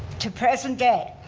to present day.